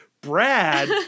Brad